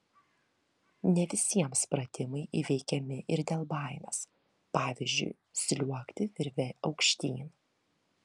ne visiems pratimai įveikiami ir dėl baimės pavyzdžiui sliuogti virve aukštyn